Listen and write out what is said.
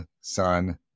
son